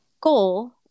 goal